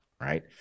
right